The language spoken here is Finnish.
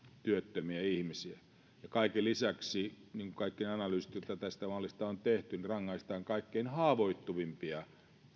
työttömiä ihmisiä ja kaiken lisäksi niin kuin toteavat kaikki analyysit mitä tästä mallista on tehty rangaistaan kaikkein haavoittuvimpia